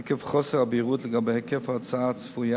עקב חוסר הבהירות לגבי היקף ההוצאה הצפויה